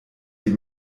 die